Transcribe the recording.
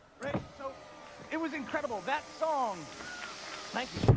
great, so it was incredible. that song thank you.